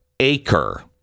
acre